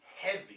heavy